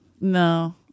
no